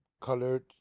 colored